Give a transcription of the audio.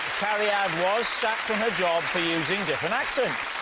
cariad was sacked from her job for using different accents.